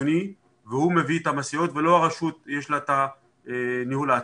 חיצוני והוא מביא את המשאיות ולא הרשות יש לה את הניהול העצמי.